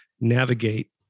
navigate